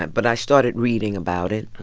and but i started reading about it.